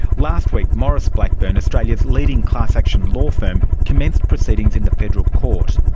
last week maurice blackburn, australia's leading class-action law firm, commenced proceedings in the federal court.